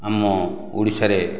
ଆମ ଓଡ଼ିଶାରେ